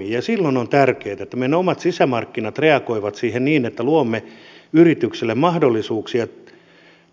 ja silloin on tärkeätä että meidän omat sisämarkkinat reagoivat siihen niin että luomme yrityksille mahdollisuuksia